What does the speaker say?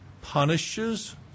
punishes